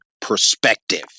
perspective